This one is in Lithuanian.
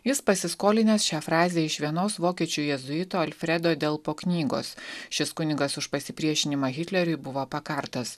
jis pasiskolinęs šią frazę iš vienos vokiečių jėzuito alfredo delpo knygos šis kunigas už pasipriešinimą hitleriui buvo pakartas